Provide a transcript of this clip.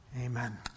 Amen